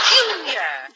Junior